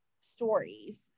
stories